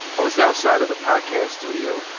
i was outside of the podcast studio,